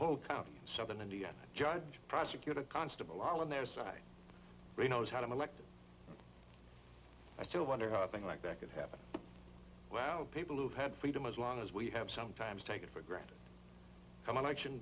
whole county southern indiana judge prosecutor constable on their side really knows how to molest i still wonder how thing like that could happen wow people who've had freedom as long as we have sometimes take it for granted co